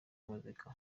muzika